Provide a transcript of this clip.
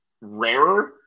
rarer